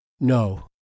No